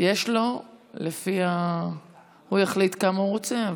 יש לו, הוא יחליט כמה הוא רוצה.